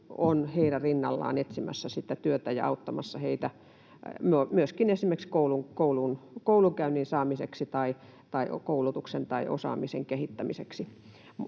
on heidän rinnallaan etsimässä sitä työtä ja auttamassa heitä myöskin esimerkiksi koulunkäynnin saamiseksi tai koulutuksen tai osaamisen kehittämiseksi.